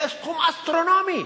זה סכום אסטרונומי.